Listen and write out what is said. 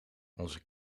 onze